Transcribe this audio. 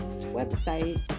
website